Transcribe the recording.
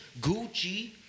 Gucci